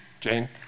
Jane